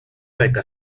beca